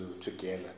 together